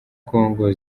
congo